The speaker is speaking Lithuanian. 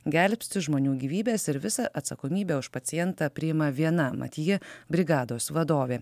gelbsti žmonių gyvybes ir visą atsakomybę už pacientą priima viena mat ji brigados vadovė